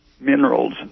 minerals